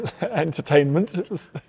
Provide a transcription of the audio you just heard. entertainment